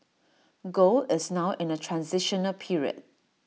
gold is now in A transitional period